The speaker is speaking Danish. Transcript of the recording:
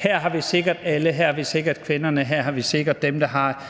Her har vi sikret alle; her har vi sikret kvinderne; her har vi sikret dem, der har